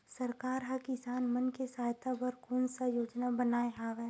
सरकार हा किसान मन के सहायता बर कोन सा योजना बनाए हवाये?